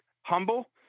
humble